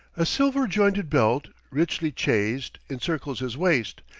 a silver-jointed belt, richly chased, encircles his waist,